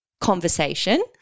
conversation